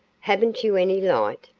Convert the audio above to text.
haven't you any light?